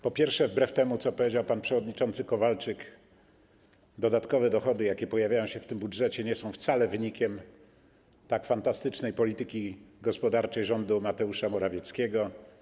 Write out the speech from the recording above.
Po pierwsze, wbrew temu, co powiedział pan przewodniczący Kowalczyk, dodatkowe dochody, jakie pojawiają się w budżecie, nie są wcale wynikiem fantastycznej polityki gospodarczej rządu Mateusza Morawieckiego.